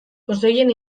pozoien